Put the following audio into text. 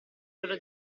loro